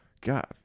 God